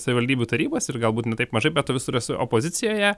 savivaldybių tarybose ir galbūt ne taip mažai bet tu visur esu opozicijoje